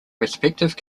respective